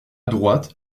droite